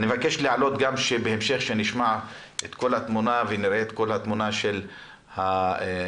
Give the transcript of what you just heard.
כדי שנראה את כל התמונה של העיריות,